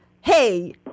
Hey